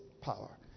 power